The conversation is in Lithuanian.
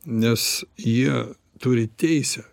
nes jie turi teisę